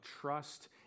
trust